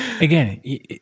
again